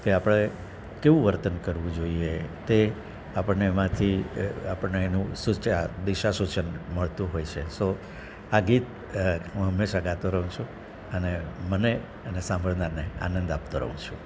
કે આપણે કેવું વર્તન કરવું જોઈએ તે આપણને એમાંથી આપણને એનું દિશાસૂચન મળતું હોય છે સો આ ગીત હું હંમેશા ગાતો રહું છું અને મને અને સાંભળનારને આનંદ આપતો રહું છું